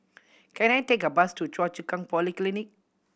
can I take a bus to Choa Chu Kang Polyclinic